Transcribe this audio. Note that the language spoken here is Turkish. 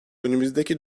önümüzdeki